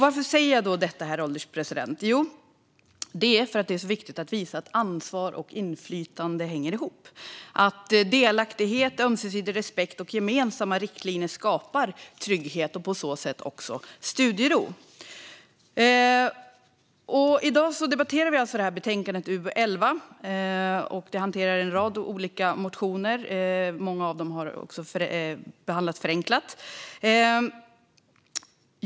Varför tar jag upp detta, herr ålderspresident? Jo, det är så viktigt att visa att ansvar och inflytande hänger ihop och att delaktighet, ömsesidig respekt och gemensamma riktlinjer skapar trygghet och på så sätt också studiero. I dag debatterar vi betänkande UbU 11. I det hanteras en rad olika motioner. Många av dem har haft en förenklad behandling.